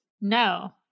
No